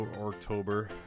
October